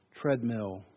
treadmill